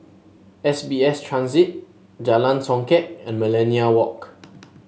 S B S Transit Jalan Songket and Millenia Walk